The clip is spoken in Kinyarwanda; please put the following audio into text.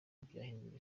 byahindura